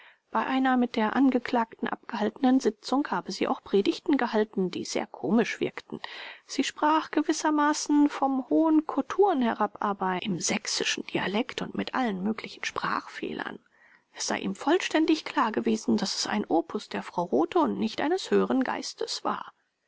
bei einer mit der angeklagten abgehaltenen sitzung habe sie auch predigten gehalten die sehr komisch wirkten sie sprach gewissermaßen vom hohen kothurn herab aber im sächsischen dialekt und mit allen möglichen sprachfehlern es sei ihm vollständig klar gewesen daß es ein opus der frau rothe und nicht eines höheren geistes war